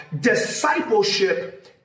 Discipleship